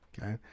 Okay